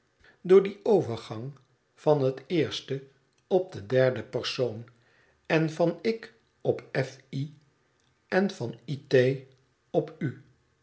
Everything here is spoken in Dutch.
door dien overgang van den eersten op den derden persoon en van ik op f i en van i t op u